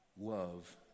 love